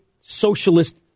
socialist